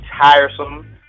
tiresome